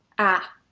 at